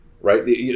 right